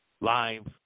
live